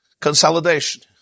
Consolidation